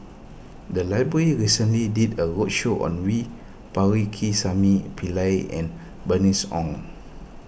the library recently did a roadshow on V Pakirisamy Pillai and Bernice Ong